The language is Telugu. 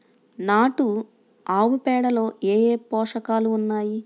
నాటు ఆవుపేడలో ఏ ఏ పోషకాలు ఉన్నాయి?